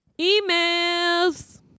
Emails